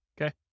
Okay